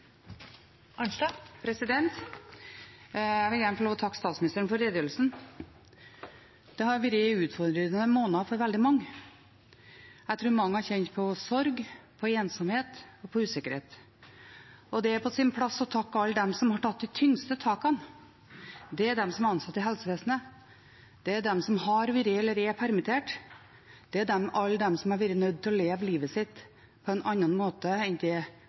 Jeg vil gjerne få takke statsministeren for redegjørelsen. Det har vært utfordrende måneder for veldig mange. Jeg tror mange har kjent på sorg, ensomhet og usikkerhet. Og det er på sin plass å takke alle dem som har tatt de tyngste takene. Det er de som er ansatt i helsevesenet, de som har vært, eller er, permittert, alle de som har vært nødt til å leve livet sitt på en annen måte enn